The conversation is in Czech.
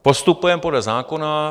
Postupujeme podle zákona.